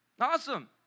Awesome